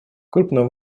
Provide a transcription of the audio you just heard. крупным